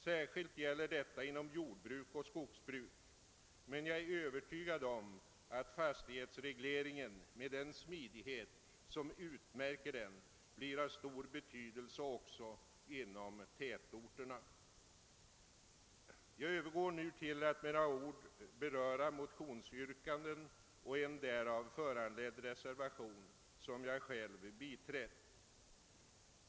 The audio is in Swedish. Särskilt gäller detta inom jordbruk och skogsbruk, men jag är övertygad om att fastighetsregleringen med den smidighet som utmärker den blir av stor betydelse också inom tätorterna. Jag övergår nu till att med några ord beröra motionsyrkanden och en därav föranledd reservation, som jag själv har biträtt.